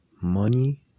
money